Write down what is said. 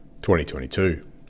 2022